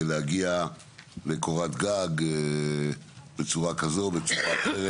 להגיע לקורת גג בצורה כזו או בצורה אחרת.